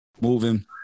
moving